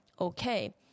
okay